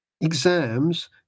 Exams